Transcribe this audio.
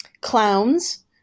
clowns